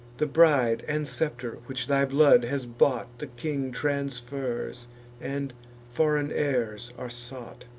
the bride and scepter which thy blood has bought, the king transfers and foreign heirs are sought.